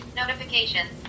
Notifications